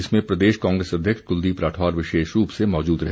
इसमें प्रदेश कांग्रेस अध्यक्ष कुलदीप राठौर विशेष रूप से मौजूद रहे